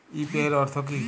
UPI এর অর্থ কি?